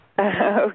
Okay